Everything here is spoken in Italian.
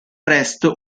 presto